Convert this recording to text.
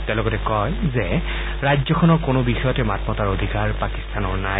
তেওঁ লগতে কয় যে ৰাজ্যখনৰ কোনো বিষয়তে মাত মতাৰ অধিকাৰ পাকিস্তানৰ নাই